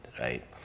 right